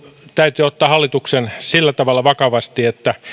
täytyy hallituksen ottaa sillä tavalla vakavasti